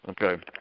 Okay